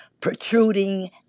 protruding